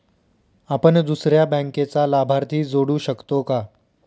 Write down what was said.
आपण दुसऱ्या बँकेचा लाभार्थी जोडू शकतो का?